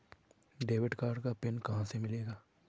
Debit card का pin कहां से मिलेगा?